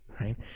right